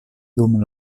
dum